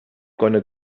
gonna